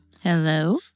Hello